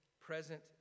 present